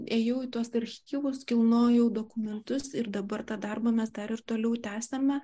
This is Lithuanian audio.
ėjau į tuos archyvus kilnojau dokumentus ir dabar tą darbą mes dar ir toliau tęsiame